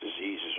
diseases